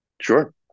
Sure